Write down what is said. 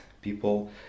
people